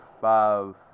five